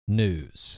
news